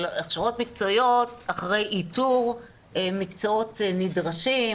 אבל הכשרות מקצועיות אחרי איתור מקצועות נדרשים,